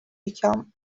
become